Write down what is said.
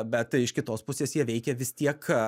bet iš kitos pusės jie veikia vis tiek